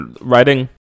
writing